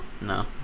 No